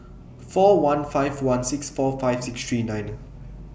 four one five one six four five six three nine